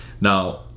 Now